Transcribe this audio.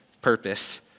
purpose